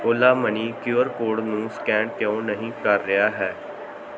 Ola money Q R code ਨੂੰ scan ਕਿਉਂ ਨਹੀਂ ਕਰ ਰਿਹਾ ਹੈ